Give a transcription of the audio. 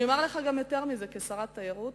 אני אומר לך גם יותר מזה: כשרת התיירות,